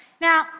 Now